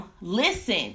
Listen